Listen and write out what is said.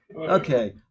Okay